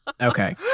Okay